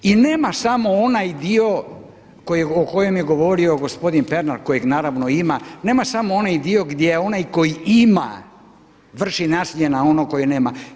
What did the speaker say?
I nema samo onaj dio o kojem je govorio gospodin Pernar, kojeg naravno ima, nema samo onaj dio gdje onaj koji ima vrši nasilje na onog koji nema.